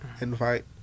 invite